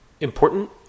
important